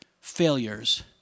failures